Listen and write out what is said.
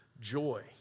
joy